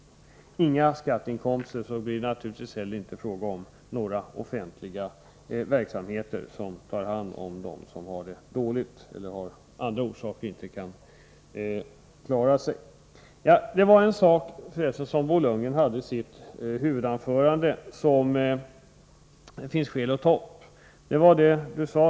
Har man inga skatteinkomster, blir det naturligtvis inte heller fråga om några offentliga verksamheter där man tar hand om dem som har det dåligt eller av andra skäl inte kan klara sig. Bo Lundgren hade en sak i sitt huvudanförande som det finns skäl att ta upp.